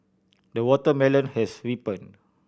the watermelon has ripen